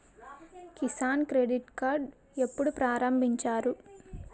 Kisan credit card ఎప్పుడు ప్రారంభించారు?